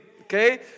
okay